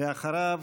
ואחריו,